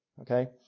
Okay